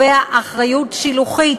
הקובע אחריות שילוחית